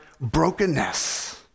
brokenness